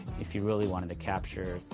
if you really wanted to capture,